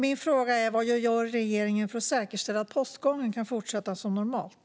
Min fråga är: Vad gör regeringen för att säkerställa att postgången kan fortsätta som normalt?